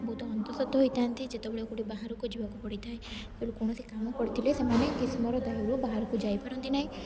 ବହୁତ ହନ୍ତସତ ହୋଇଥାନ୍ତି ଯେତେବେଳେ ଗୋଟେ ବାହାରକୁ ଯିବାକୁ ପଡ଼ିଥାଏ କୌଣସି କାମ ପଡ଼ିଥିଲେ ସେମାନେ ଗ୍ରୀଷ୍ମର ଦାୟରୁ ବାହାରକୁ ଯାଇପାରନ୍ତି ନାହିଁ